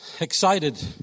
Excited